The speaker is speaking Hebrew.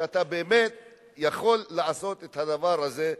שאתה באמת יכול לעשות את הדבר הזה,